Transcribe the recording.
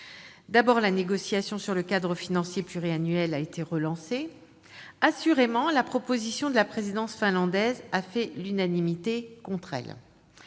D'abord, la négociation sur le cadre financier pluriannuel a été relancée. Assurément, la proposition de la présidence finlandaise a fait l'unanimité contre elle.